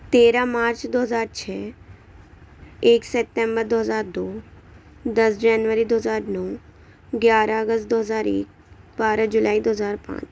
تیرہ مارچ دو ہزار چھ ایک سیتمبر دو ہزار دو دس جنوری دو ہزار نو گیارہ اگست دو ہزار ایک بارہ جولائی دو ہزار پانچ